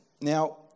Now